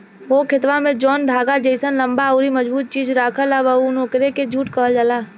हो खेतवा में जौन धागा जइसन लम्बा अउरी मजबूत चीज राखल बा नु ओकरे के जुट कहल जाला